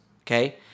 Okay